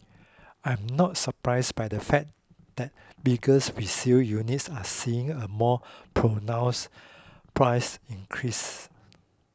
I am not surprised by the fact that bigger resale units are seeing a more pronounced price increase